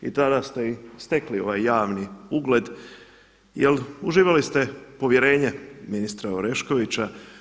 I tada ste i stekli ovaj javni ugled, jer uživali ste povjerenje ministra Oreškovića.